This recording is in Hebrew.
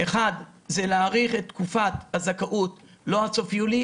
1. הארכת תקופת הזכאות לא עד סוף יולי,